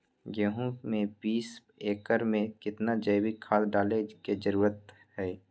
गेंहू में बीस एकर में कितना जैविक खाद डाले के जरूरत है?